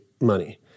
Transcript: money